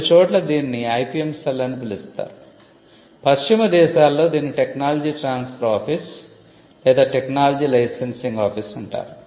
కొన్ని చోట్ల దీనిని ఐపిఎం సెల్ అని పిలుస్తారు పశ్చిమ దేశాలలో దీనిని టెక్నాలజీ ట్రాన్స్ఫర్ ఆఫీస్ లేదా టెక్నాలజీ లైసెన్సింగ్ ఆఫీస్ అంటారు